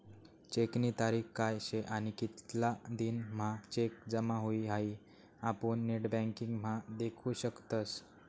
चेकनी तारीख काय शे आणि कितला दिन म्हां चेक जमा हुई हाई आपुन नेटबँकिंग म्हा देखु शकतस